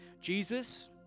Jesus